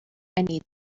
need